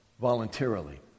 voluntarily